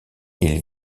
ils